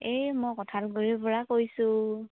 এই মই কঠালগুড়িৰ পৰা কৈছোঁ